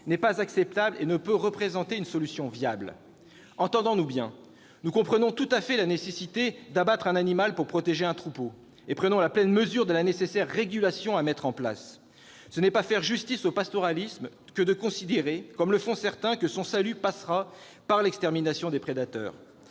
n'est pas acceptable et ne peut représenter une solution viable. Entendons-nous bien : nous comprenons tout à fait la nécessité d'abattre un animal pour protéger un troupeau et prenons la pleine mesure de la nécessaire régulation à mettre en place, mais ce n'est pas faire justice au pastoralisme que de considérer, comme le font certains, que son salut passera par l'extermination des prédateurs.